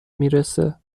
میرسه